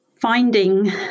finding